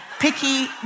picky